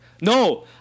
No